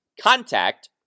contact